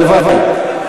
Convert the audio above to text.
הלוואי.